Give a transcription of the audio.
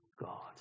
God